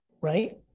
right